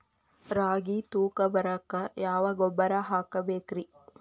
ರಾಗಿ ತೂಕ ಬರಕ್ಕ ಯಾವ ಗೊಬ್ಬರ ಹಾಕಬೇಕ್ರಿ?